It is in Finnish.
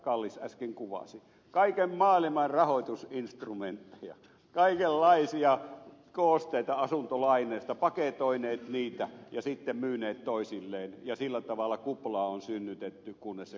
kallis äsken kuvasi kaikenmaailman rahoitusinstrumentteja kaikenlaisia koosteita asuntolainoista paketoineet niitä ja sitten myyneet toisilleen ja sillä tavalla kupla on synnytetty kunnes se kupla puhkesi